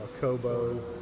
Kobo